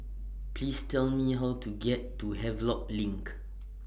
Please Tell Me How to get to Havelock LINK